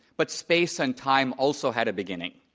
but space and time also had a beginning.